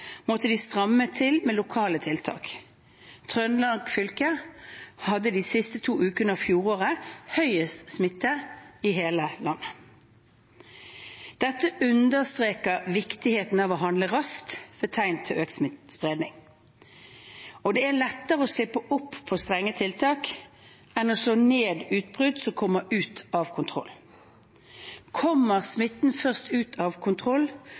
måtte de stramme til med lokale tiltak. Trøndelag fylke hadde de siste to ukene av fjoråret høyest smitte i hele landet. Dette understreker viktigheten av å handle raskt ved tegn til økt smittespredning. Det er lettere å slippe opp på strenge tiltak enn å slå ned utbrudd som kommer ut av kontroll. Kommer smitten først ut av kontroll,